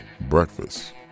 Breakfast